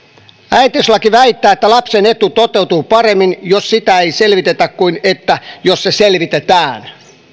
äitiyslaki väittää että lapsen etu toteutuu paremmin jos sitä ei selvitetä kuin että jos se selvitetään